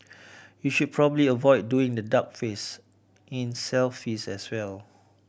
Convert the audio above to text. you should probably avoid doing the duck face in selfies as well